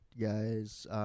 guys